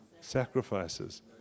sacrifices